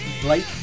Blake